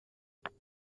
ابراز